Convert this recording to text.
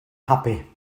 happy